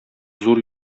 зур